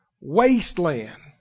wasteland